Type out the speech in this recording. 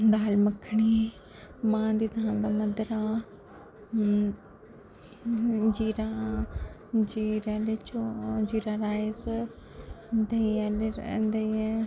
दाल मक्खनी मांह् दी दाल दा मद्दरा जीरे अद्ले चौल जीरा राईस देंही अह्ले